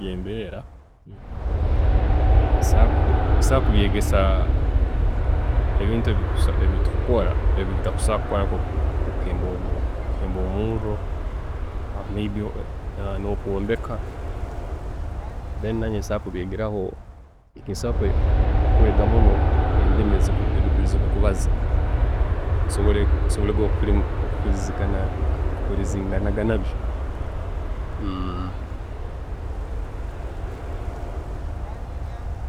Niyo embeera, nsobola kulengesa ebintu ebi tukukora, nebi tutakusobola kukora nkokuhemba omurro, may be nokwombeka, then nanye nsobola kubyegeraho, nsobola kwega muno endimi ezi birikubaza, nsobole kuhurizingana nabyo.